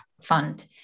fund